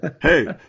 Hey